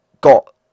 got